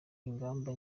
ingamba